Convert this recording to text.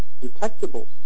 detectable